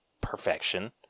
perfection